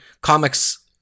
comics